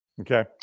Okay